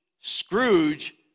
Scrooge